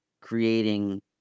creating